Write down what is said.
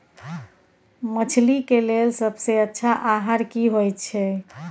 मछली के लेल सबसे अच्छा आहार की होय छै?